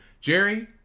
Jerry